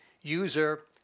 user